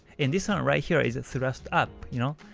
and this one right here is thrust up, you know,